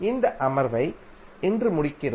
இந்த அமர்வை இன்று முடிக்கிறோம்